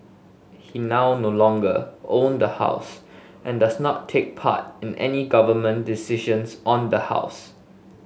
he now no longer own the house and does not take part in any Government decisions on the house